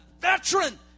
veteran